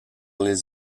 les